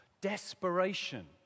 desperation